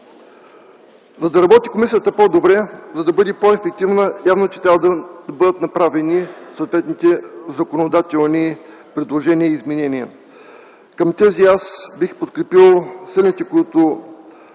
За да работи комисията по-добре, за да бъде по-ефективна, ясно е, че трябва да бъдат направени съответните законодателни предложения и изменения. Аз бих подкрепил целите, които